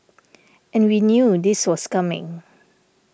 and we knew this was coming